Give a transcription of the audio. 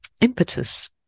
impetus